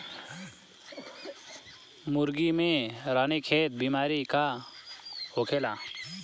मुर्गी में रानीखेत बिमारी का होखेला?